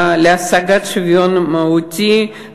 להשגת שוויון מהותי,